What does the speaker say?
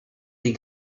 des